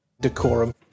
Decorum